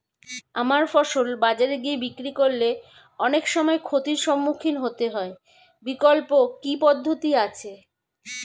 আমার ফসল বাজারে গিয়ে বিক্রি করলে অনেক সময় ক্ষতির সম্মুখীন হতে হয় বিকল্প কি পদ্ধতি আছে?